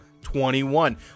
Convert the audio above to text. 21